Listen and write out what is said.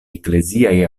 ekleziaj